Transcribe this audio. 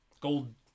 Gold-